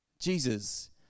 Jesus